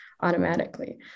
Automatically